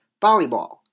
volleyball